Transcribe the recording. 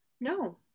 no